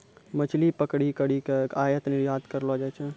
मछली पकड़ी करी के आयात निरयात करलो जाय छै